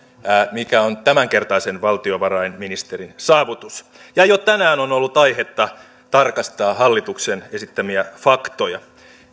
mikä on tämänkertaisen valtiovarainministerin saavutus jo tänään on ollut aihetta tarkastaa hallituksen esittämiä faktoja